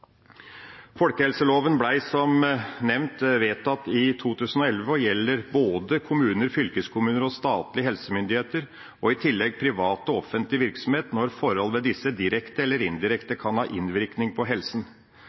2011 og gjelder både kommuner, fylkeskommuner og statlige helsemyndigheter, i tillegg til privat og offentlig virksomhet når forhold ved disse direkte eller indirekte kan ha innvirkning på helsen.